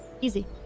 Easy